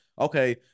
okay